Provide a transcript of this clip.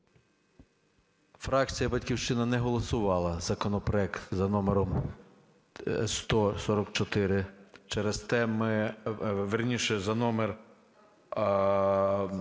Фракція "Батьківщина" не голосувала законопроект за номером 10044, через те ми... вірніше, за номер...